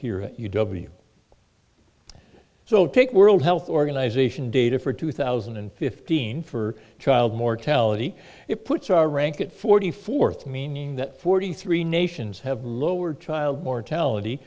here at u w so take world health organization data for two thousand and fifteen for child mortality it puts our rank at forty fourth meaning that forty three nations have lower child mortality